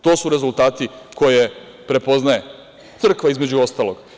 To su rezultati koje prepoznaje crkva između ostalog.